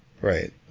right